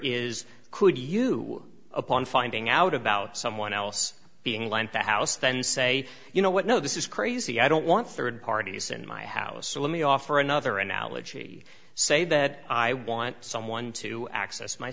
is could you upon finding out about someone else being lent the house then say you know what no this is crazy i don't want third parties in my house so let me offer another analogy say that i want someone to access my